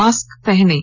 mask पहनें